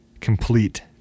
complete